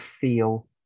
feel